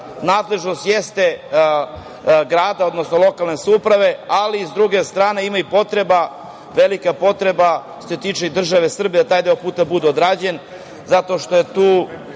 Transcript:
Nadležnost jeste grada, odnosno lokalne samouprave, ali s druge strane ima i velika potreba što se tiče države Srbije da taj deo puta bude odrađen, zato što je tu